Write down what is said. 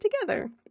together